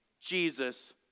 Jesus